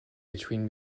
between